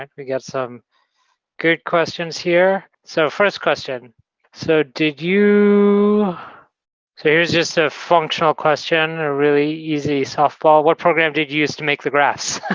like we get some good questions here. so first question so did you so here's just a functional question, a really easy softball. what program did you use to make the graphs?